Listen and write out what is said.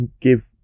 give